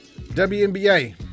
WNBA